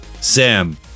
Sam